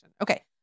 Okay